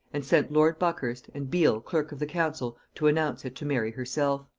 and sent lord buckhurst, and beal clerk of the council, to announce it to mary herself.